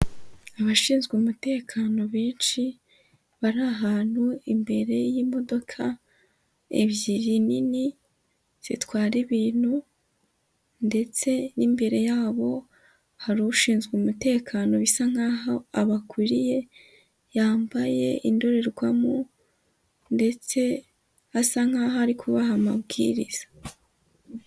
Abashinzwe umutekano benshi, bari ahantu imbere y'imodoka ebyiri nini, zitwara ibintu ndetse n'imbere yabo hari ushinzwe umutekano bisa nk'aho abakuriye, yambaye indorerwamo ndetse asa nk'aho ari kubaha amabwiriza.